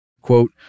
Quote